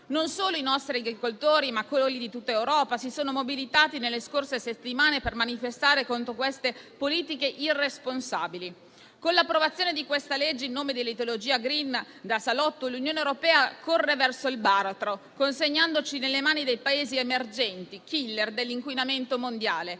Non solo i nostri agricoltori, ma quelli di tutta Europa si sono mobilitati nelle scorse settimane per manifestare contro queste politiche irresponsabili. Con l'approvazione di questa legge in nome dell'ideologia *green* da salotto, l'Unione europea corre verso il baratro consegnandoci nelle mani dei Paesi emergenti, *killer* dell'inquinamento mondiale